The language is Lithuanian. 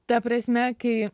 ta prasme kai